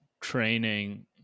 training